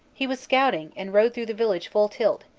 he was scouting and rode through the village full tilt,